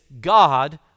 God